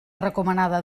recomanada